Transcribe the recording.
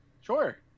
Sure